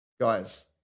Guys